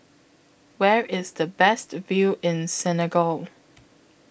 Where IS The Best View in Senegal